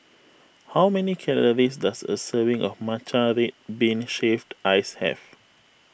how many calories does a serving of Matcha Red Bean Shaved Ice have